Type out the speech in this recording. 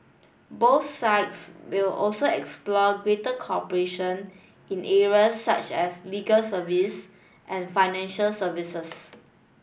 both sides will also explore greater cooperation in areas such as legal service and financial services